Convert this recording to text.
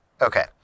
Okay